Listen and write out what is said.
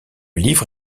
livre